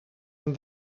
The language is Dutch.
hem